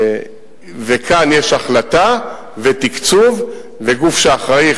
וכאן יש החלטה ותקצוב וגוף שאחראי,